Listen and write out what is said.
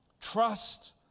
Trust